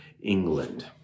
England